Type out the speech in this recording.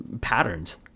patterns